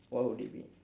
what would it be